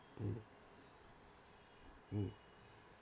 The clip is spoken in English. mm mm